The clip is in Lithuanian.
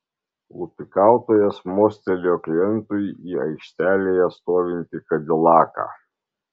lupikautojas mostelėjo klientui į aikštelėje stovintį kadilaką